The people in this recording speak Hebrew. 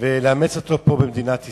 ולאמץ אותו פה, במדינת ישראל,